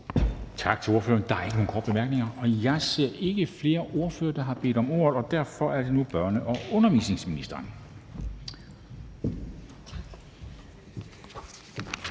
Tak til ordføreren. Der er ikke nogen korte bemærkninger. Jeg ser ikke flere ordførere, der har bedt om ordet. Derfor er det nu børne- og undervisningsministeren.